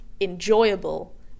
enjoyable